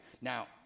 Now